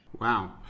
Wow